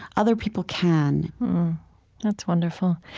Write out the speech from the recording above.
other people can that's wonderful.